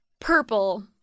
purple